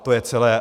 To je celé.